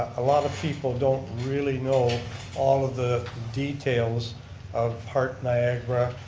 a lot of people don't really know all of the details of heart niagara.